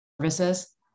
services